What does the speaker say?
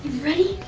ready?